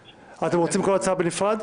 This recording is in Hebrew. אתם רוצים כל חוק בנפרד?